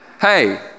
Hey